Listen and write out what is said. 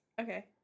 Okay